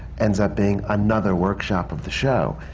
ends up being another workshop of the show.